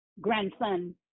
grandson